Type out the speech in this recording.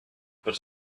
but